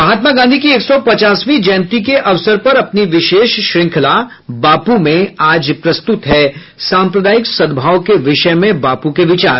महात्मा गांधी की एक सौ पचासवीं जयंती के अवसर पर अपनी विशेष श्रृंखला बापू में आज प्रस्तुत हैं सांप्रदायिक सद्भाव के विषय में बापू के विचार